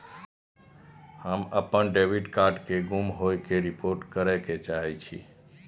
हम अपन debit card के गुम होय के रिपोर्ट करे के चाहि छी